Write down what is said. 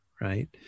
right